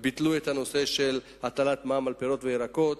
וביטלו את הנושא של הטלת מע"מ על פירות וירקות.